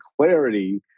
clarity